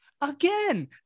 Again